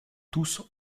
tous